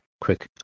quick